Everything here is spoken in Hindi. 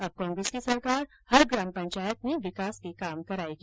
अब कांग्रेस की सरकार हर ग्राम पंचायत में विकास के काम कराएगी